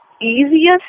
easiest